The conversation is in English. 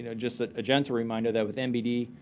you know just that a gentle reminder that with nbd,